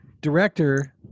director